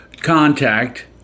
contact